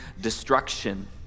destruction